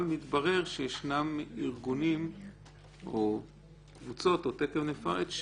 אבל מתברר שישנם ארגונים או ארגונים או קבוצות או תיכף נפרט,